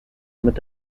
mit